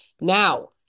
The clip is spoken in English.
Now